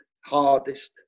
hardest